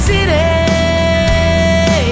City